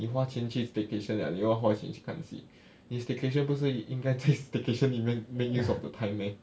你花钱去 staycation leh 你要花钱去看戏 你 staycation 不是应该在 staycation 里面 make use of the time meh